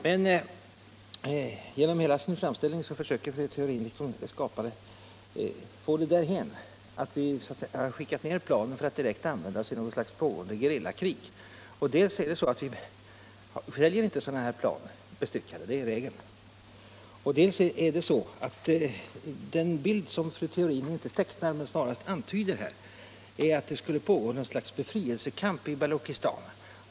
Men genom hela sin framställning försöker fru Theorin att få det därhän att vi skickat ned planen för att de direkt skall användas i något slags pågående gerillakrig. För det första är det regel att vi inte säljer sådana plan bestyckade. För det andra: Den bild som fru Theorin inte tecknar, men snarast antyder, är att det skulle pågå något slags befrielsekamp i Baluchistan.